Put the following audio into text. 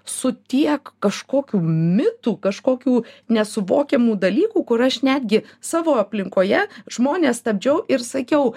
su tiek kažkokių mitų kažkokių nesuvokiamų dalykų kur aš netgi savo aplinkoje žmones stabdžiau ir sakiau